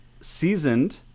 seasoned